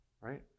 right